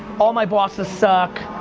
all my bosses suck,